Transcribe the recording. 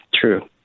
true